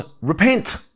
repent